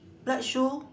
black shoe